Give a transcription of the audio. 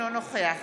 אינו נוכח